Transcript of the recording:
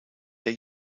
der